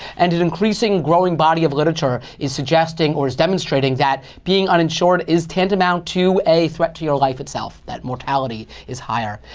and an increasing growing, body of literature is suggesting, or is demonstrating that being uninsured is tantamount to a threat to your life itself. that mortality is higher,